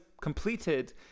completed